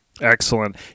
Excellent